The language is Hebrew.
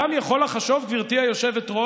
אדם יכול לחשוב, גברתי היושבת-ראש,